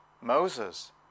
Moses